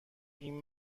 این